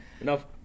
Enough